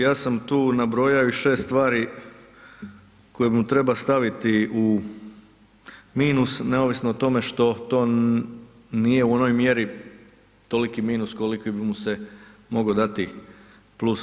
Ja sam tu nabrojao i 6 stvari koje mu treba staviti u minus neovisno o tome što to nije u onoj mjeri toliki minus koliki bi mu se mogao dati plus.